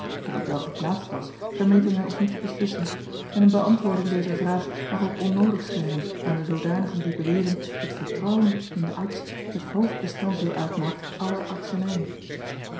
of t welgeplaatst was vermeten wij ons niet te beslissen en een beäntwoording dezer vraag mag ook onnoodig schijnen aan de zoodanigen die beweren dat vertrouwen in den arts het hoofdbestanddeel uitmaakt